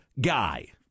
guy